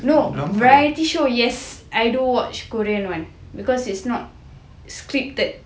no variety show yes I do watch korean [one] because it's not scripted